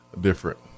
different